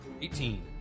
Eighteen